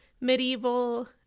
medieval